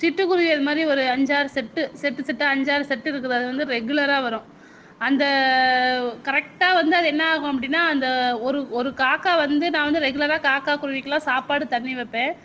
சிட்டு குருவி அதுமாதிரி ஒரு அஞ்சாறு செட்டு செட்டாக செட்டாக அஞ்சாறு செட்டு இருக்குது அது வந்து ரெகுலராக வரும் அந்த கரெக்ட்டாக வந்து அது என்னாகும் அப்படினா இந்த ஒரு ஒரு காக்கா வந்து நான் வந்து ரெகுலராக காக்கா குருவிக்கலாம் சாப்பாடு தண்ணி வைப்பேன்